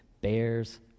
bears